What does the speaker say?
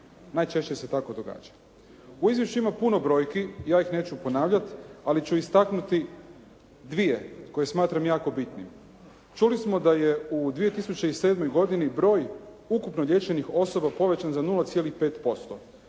Najčešće se tako događa. U izvješću ima puno brojki, ja ih neću ponavljati ali ću istaknuti dvije koje smatram jako bitnim. Čuli smo da je u 2007. godini broj ukupno liječenih osoba povećan za 0,5%,